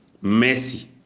Mercy